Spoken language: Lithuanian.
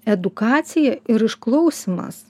edukacija ir išklausymas